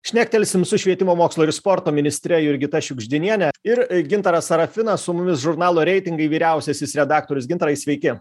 šnektelsim su švietimo mokslo ir sporto ministre jurgita šiugždiniene ir gintaras sarafinas su mumis žurnalo reitingai vyriausiasis redaktorius gintarai sveiki